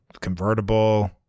convertible